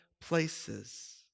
places